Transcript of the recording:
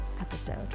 episode